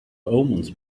omens